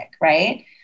right